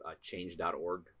change.org